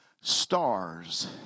stars